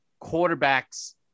quarterbacks